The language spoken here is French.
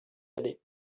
aller